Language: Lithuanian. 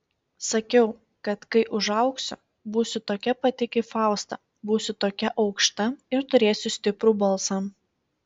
sakiau kad kai užaugsiu būsiu tokia pati kaip fausta būsiu tokia aukšta ir turėsiu stiprų balsą